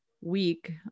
week